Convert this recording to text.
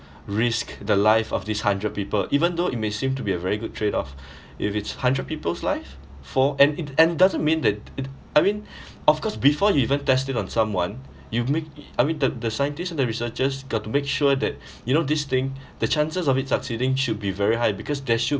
risk the life of this hundred people even though it may seem to be a very good trade-off if it's hundred people's life for and it and doesn't mean that it I mean of course before you even test it on someone you make I mean the the scientists and researchers got to make sure that you know this thing the chances of it succeeding should be very high because there should